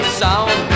sound